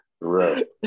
Right